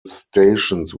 stations